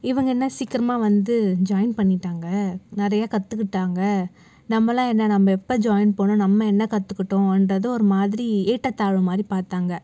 இவங்க என்ன சீக்கிரமா வந்து ஜாய்ன் பண்ணிட்டாங்க நிறைய கத்துக்கிட்டாங்க நம்மலாம் என்ன நம்ம எப்போ ஜாய்ன் பண்ணிணோம் நம்ம என்ன கத்துக்கிட்டோம் இன்றது ஒரு மாதிரி ஏற்ற தாழ்வு மாதிரி பார்த்தாங்க